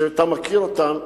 שאתה מכיר אותם,